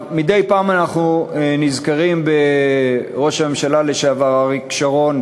מדי פעם אנחנו נזכרים בראש הממשלה לשעבר אריק שרון,